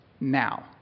now